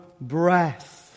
breath